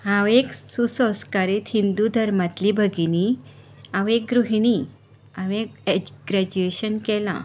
हांव एक सुस्वंकारी हिंदू धर्मांतली भगिनी हांव एक गृहिणी हांवें एज ग्रेजुयेशन केलां